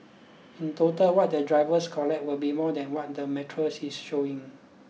in total what the drivers collect will be more than what the metre is showing